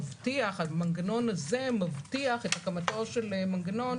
המנגנון הזה מבטיח את הקמתו של מנגנון